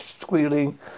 squealing